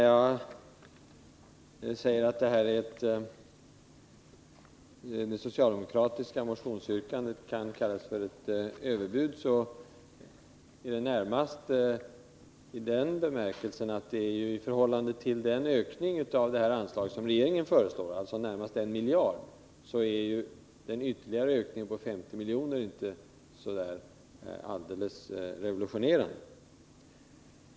Jag menar att det socialdemokratiska motionsyrkandet kan kallas för ett överbud närmast i den bemärkelsen, att i förhållande till den ökning av anslaget på närmare 1 miljard som regeringen föreslår är en ytterligare ökning på 50 milj.kr. inte särskilt revolutionerande.